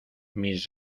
mis